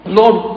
lord